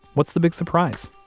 what's the big surprise?